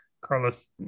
Carlos